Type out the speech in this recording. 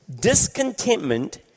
Discontentment